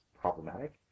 problematic